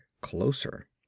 closer